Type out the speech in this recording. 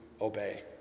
obey